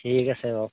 ঠিক আছে বাৰু